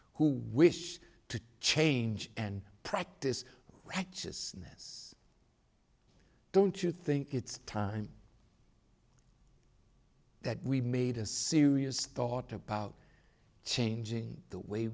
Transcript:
who wish to change and practice righteousness don't you think it's time that we made a serious thought about changing the way